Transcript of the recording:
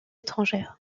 étrangères